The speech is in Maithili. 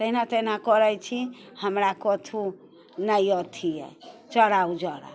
तहिना तहिना करैत छी हमरा कथु नहि अथी अइ चारा उजारा